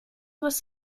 was